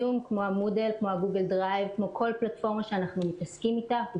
הזום כמו המודל כמו הגוגל דרייב כמו כל פלטפורמה שאנחנו מתעסקים איתה,